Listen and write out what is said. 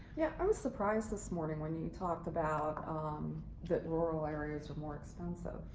yeah. i was surprised this morning when you talked about um that rural areas are more expensive.